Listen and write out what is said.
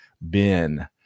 Ben